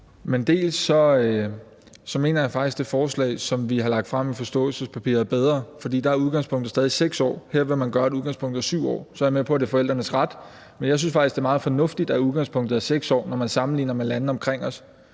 Jeg mener faktisk, at det forslag, vi har lagt frem i forståelsespapiret, er bedre, for der er udgangspunktet stadig 6 år, og her vil man gøre, at udgangspunktet er 7 år. Så er jeg med på, at det er forældrenes ret, men jeg synes faktisk, det er meget fornuftigt, at udgangspunktet er 6 år, når man sammenligner med lande omkring os.